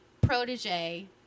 protege